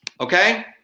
okay